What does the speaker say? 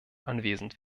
anwesend